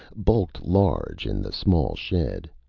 bulked large in the small shed.